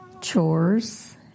chores